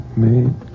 made